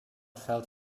felt